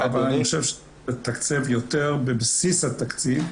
אבל אני חושב שלתקצב יותר בבסיס התקציב,